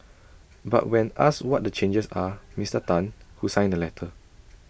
but when asked what the changes are Mister Tan who signed the letter